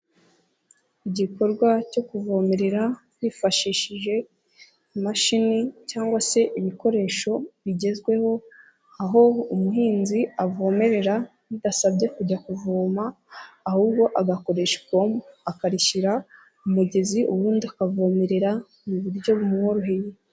Igikorwa cyo kuvomerera hifashishije imashini cyangwa se ibikoresho bigezweho, aho umuhinzi avomerera bidasabye kujya kuvoma, ahubwo agakoresha ipombo akarishyira mu mugezi ubundi akavomerera mu buryo bumworoheye.